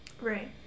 Right